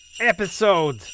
episode